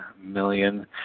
million